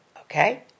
okay